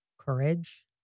courage